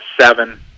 seven